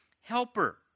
helper